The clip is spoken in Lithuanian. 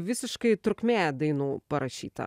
visiškai trukmė dainų parašyta